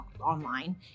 online